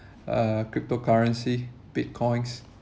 uh cryptocurrency bitcoins